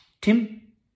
Tim